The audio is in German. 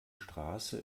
straße